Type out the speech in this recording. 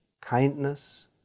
kindness